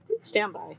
Standby